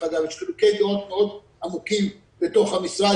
יש חילוקי דעות מאוד גדולים בתוך המשרד